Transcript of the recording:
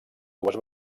dues